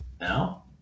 Now